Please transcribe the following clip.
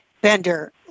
Bender